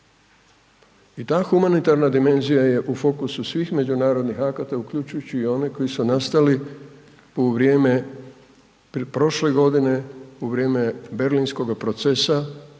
I ta humanitarna dimenzija je u fokusu svih međunarodnih akata uključujući i one koji su nastali u vrijeme prošle godine, u vrijeme Berlinskoga procesa